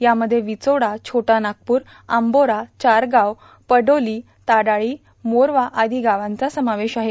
यामध्ये र्विचोडा छोटा नागपूर आंबोरा चारगांव पडोली ताडाळी मोरवा आदो गावांचा समावेश आहे